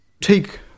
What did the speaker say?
Take